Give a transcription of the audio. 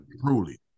Truly